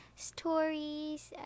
Stories